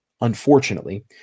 Unfortunately